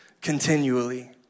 continually